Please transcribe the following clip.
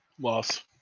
Loss